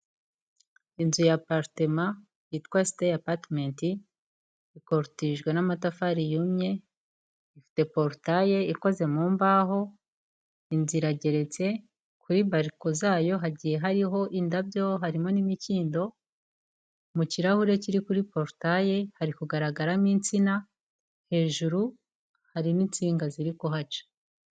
Inzu ya apartment yitwa stay apartment ikorotirijwe n'amatafari yumye ifite porutaye ikoze mu mbaho inzu igeretse kabiri kuri bariko zayo hagiye hariho indabyo harimo n'imikindo mu kirahure kiri kuri porutaye hari kugaragaramo intsina hejuru hari n'intsinga ziri kuhaca.